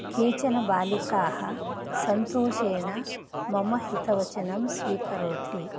केचन बालिकाः सन्तोषेण मम हितवचनं स्वीकरोति